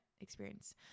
experience